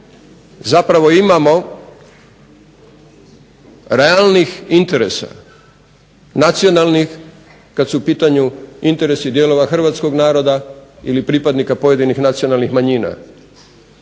zapravo imamo realnih interesa, nacionalnih kad su u pitanju interesi dijelova hrvatskog naroda ili pripadnika pojedinih nacionalnih manjina.